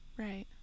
Right